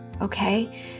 Okay